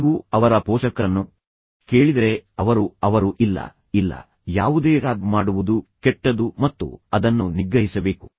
ನೀವು ಅವರ ಪೋಷಕರನ್ನು ಕೇಳಿದರೆ ಅವರು ಅವರು ಇಲ್ಲ ಇಲ್ಲ ಯಾವುದೇ ರಾಗ್ ಮಾಡುವುದು ಕೆಟ್ಟದು ಮತ್ತು ಅದನ್ನು ನಿಗ್ರಹಿಸಬೇಕು